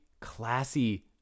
classy